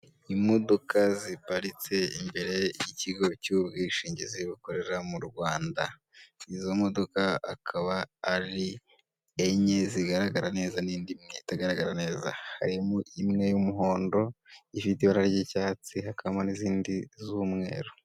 Imodoka ziparitse imbere y'ikigo cy'ubwishingizi bukorera mu Rwanda, izo modoka akaba ari enye zigaragara neza n'indi imwe itagaragara neza, harimo imwe y'umuhondo ifite ibara ry'icyatsi, hakabamo n'izindi z'umweru.